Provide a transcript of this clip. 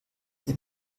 der